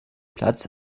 platz